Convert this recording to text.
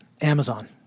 Amazon